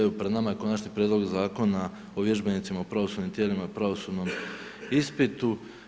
Evo pred nama je Konačni prijedlog Zakona o vježbenicima u pravosudnim tijelima i pravosudnim ispitu.